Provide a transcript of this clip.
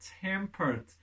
tempered